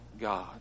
God